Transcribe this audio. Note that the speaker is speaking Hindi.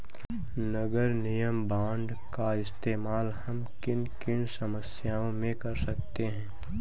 नगर निगम बॉन्ड का इस्तेमाल हम किन किन समस्याओं में कर सकते हैं?